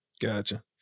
Gotcha